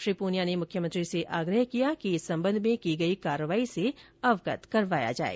श्री पूनिया ने मुख्यमंत्री से आग्रह किया है कि इस संबंध में की गई कार्रवाई से अवगत करवाया जाए